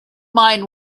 mind